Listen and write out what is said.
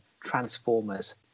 transformers